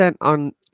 on